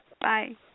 Bye